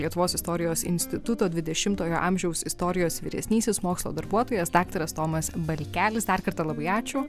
lietuvos istorijos instituto dvidešimtojo amžiaus istorijos vyresnysis mokslo darbuotojas daktaras tomas balkelis dar kartą labai ačiū